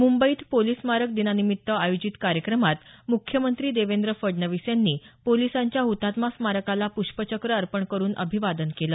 मुंबईत पोलिस स्मारक दिनानिमित्त आयोजित कार्यक्रमात मुख्यमंत्री देवेंद्र फडणवीस यांनी पोलिसांच्या हुतात्मा स्मारकाला पुष्पचक्र अर्पण करून अभिवादन केलं